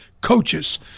coaches